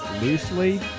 loosely